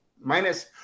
minus